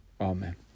Amen